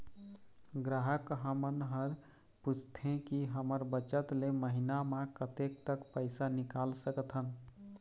ग्राहक हमन हर पूछथें की हमर बचत ले महीना मा कतेक तक पैसा निकाल सकथन?